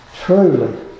truly